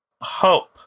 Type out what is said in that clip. hope